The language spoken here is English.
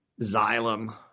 Xylem